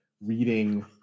reading